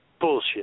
bullshit